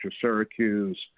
Syracuse